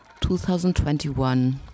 2021